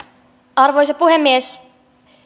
arvoisa puhemies